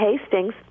Hastings